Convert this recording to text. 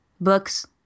books